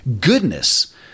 goodness